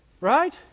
Right